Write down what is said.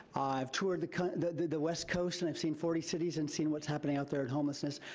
i've toured the the west coast and i've seen forty cities and seen what's happening out there at homelessness.